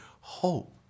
Hope